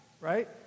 right